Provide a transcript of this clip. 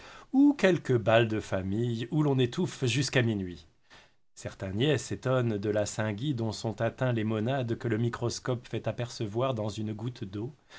ou quelque bal de famille où l'on étouffe jusqu'à minuit certains niais s'étonnent de la saint guy dont sont atteints les monades que le microscope fait apercevoir dans une goutte d'eau